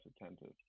attentive